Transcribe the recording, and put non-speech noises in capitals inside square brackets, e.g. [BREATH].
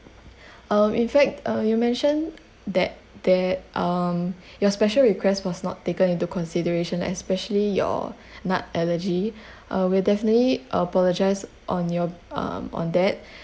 um in fact uh you mentioned that they um [BREATH] your special request was not taken into consideration especially your [BREATH] nut allergy [BREATH] uh we'll definitely apologise on your um on that [BREATH]